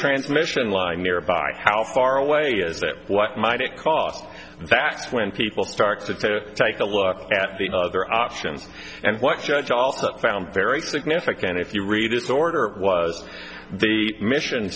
transmission line nearby how far away is that what might it caught the facts when people started to take a look at the other options and what judge also found very significant if you read it the order was the mission